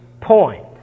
point